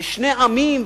לשני עמים,